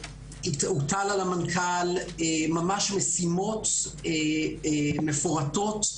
הוטלו על המנכ"ל ממש משימות מפורטות,